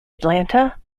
atlanta